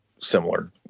similar